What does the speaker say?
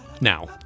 Now